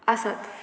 आसत